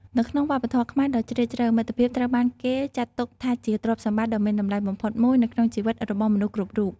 នៅក្នុងវប្បធម៌ខ្មែរដ៏ជ្រាលជ្រៅ មិត្តភាពត្រូវបានគេចាត់ទុកថាជាទ្រព្យសម្បត្តិដ៏មានតម្លៃបំផុតមួយនៅក្នុងជីវិតរបស់មនុស្សគ្រប់រូប។